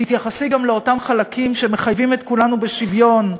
תתייחסי גם לאותם חלקים שמחייבים את כולנו בשוויון,